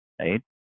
right